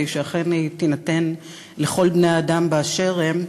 שהיא אכן תינתן לכל בני-האדם באשר הם,